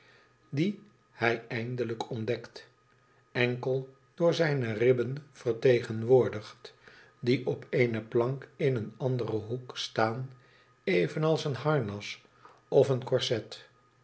dien hij eindelijk ontdekt enkel door zijne ribben vertegenwoordigd die op eene plank in een anderen hoek staan evenals een harnas of een korset